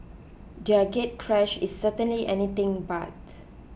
their gatecrash is certainly anything but